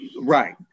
Right